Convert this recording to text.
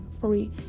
free